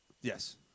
Yes